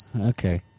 okay